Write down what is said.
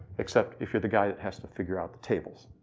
except if you're the guy that has to figure out the tables.